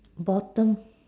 bottom